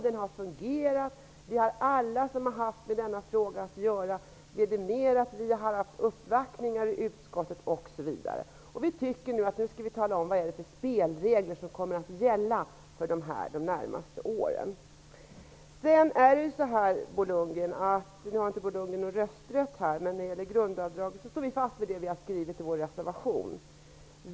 Den har fungerat, och det har alla som har haft med frågan att göra vidimerat. Vi har haft uppvaktningar i utskottet osv. Vi tycker nu att vi skall tala om vilka spelregler som kommer att gälla de närmaste åren. Bo Lundgren har inte rösträtt här, men när det gäller grundavdraget står vi fast vid det vi har skrivit i vår reservation.